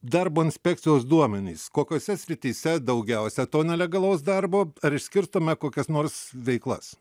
darbo inspekcijos duomenys kokiose srityse daugiausia to nelegalaus darbo ar išskirtume kokias nors veiklas